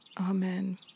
Amen